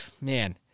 man